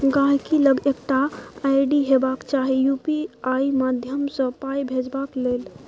गांहिकी लग एकटा आइ.डी हेबाक चाही यु.पी.आइ माध्यमसँ पाइ भेजबाक लेल